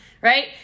right